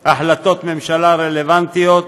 החלטות ממשלה רלוונטיות,